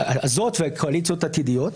הזאת וקואליציות עתידיות,